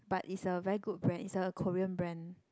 but is a very good brand is a Korean brand